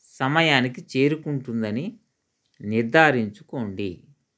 సమయానికి చేరుకుంటుందని నిర్ధారించుకోండి